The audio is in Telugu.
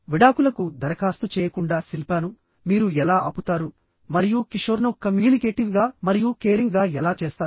విడాకులకు దరఖాస్తు చేయకుండా శిల్పాను మీరు ఎలా ఆపుతారు మరియు కిషోర్ను కమ్యూనికేటివ్ గా మరియు కేరింగ్ గా ఎలా చేస్తారు